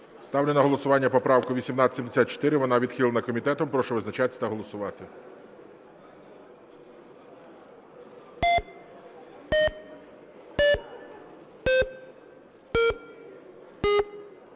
Ставлю на голосування поправку 1874. Вона відхилена комітетом. Прошу визначатися та голосувати.